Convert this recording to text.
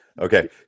Okay